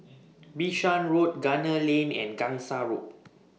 Bishan Road Gunner Lane and Gangsa Road